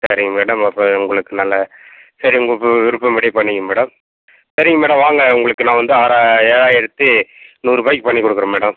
சரிங்க மேடம் அப்போ உங்களுக்கு நல்ல சரி உங்கள் விருப்பம்படியே பண்ணிக்கங்க மேடம் சரிங்க மேடம் வாங்க உங்களுக்கு நான் வந்து ஆறா ஏழாயிரத்தி நூறுபாய்க்கு பண்ணி கொடுக்குறேன் மேடம்